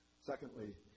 Secondly